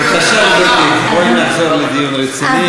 בבקשה, גברתי, בואי נחזור לדיון רציני.